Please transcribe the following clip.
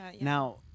Now